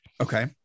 Okay